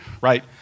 right